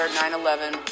9-11